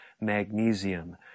Magnesium